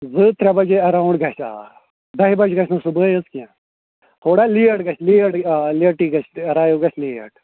زٕ ترٛےٚ بَجے اٮ۪راوُنڑ گَژھِ آ دہہِ بجہِ گَژِھ نہٕ صُبحٲے حظ کیٚنہہ تھوڑا لیٹ گَژِھ لیٹ آ لیٹٕے گَژھِ تہِ ایٚرایِو گَژھِ لیٹ